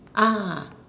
ah